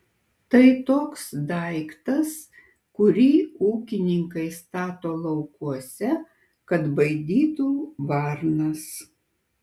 tai toks daiktas kurį ūkininkai stato laukuose kad baidytų varnas